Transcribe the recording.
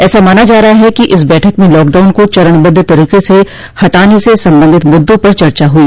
ऐसा माना जा रहा है कि इस बैठक में लॉकडाउन को चरणबद्व तरीके से हटाने से संबंधित मुद्दों पर चर्चा हुई